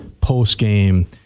post-game